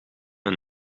een